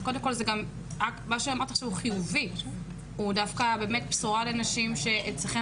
אז קודם כל מה שאמרת זה אקט חיובי והוא בשורה לנשים אצלכן